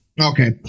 Okay